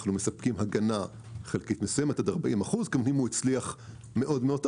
אנחנו מספקים הגנה חלקית מסוימת עד 40%. אם הוא הצליח מאוד מאוד טוב,